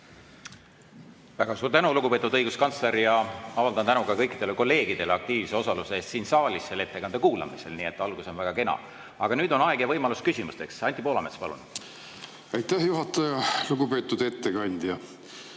Väga suur tänu, lugupeetud õiguskantsler! Avaldan tänu ka kõikidele kolleegidele aktiivse osaluse eest siin saalis selle ettekande kuulamisel. Nii et algus on väga kena. Aga nüüd on aeg ja võimalus küsimusteks. Anti Poolamets, palun! Väga suur tänu, lugupeetud õiguskantsler!